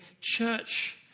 church